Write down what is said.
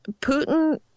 putin